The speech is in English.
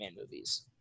movies